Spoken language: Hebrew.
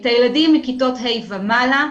את הילדים מכיתות ה' ומעלה,